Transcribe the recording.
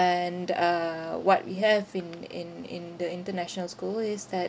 and uh what we have in in in the international school is that